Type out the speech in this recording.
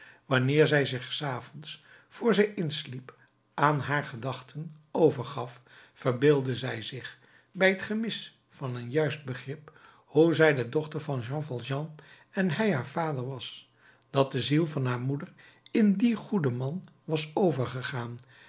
wanneer zij zich s avonds vr zij insliep aan haar gedachten overgaf verbeeldde zij zich bij gemis van een juist begrip hoe zij de dochter van jean valjean en hij haar vader was dat de ziel van haar moeder in dien goeden man was overgegaan